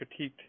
critiqued